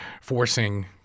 forcing